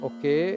Okay